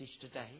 today